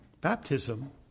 Baptism